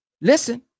Listen